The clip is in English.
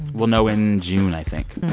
we'll know in june, i think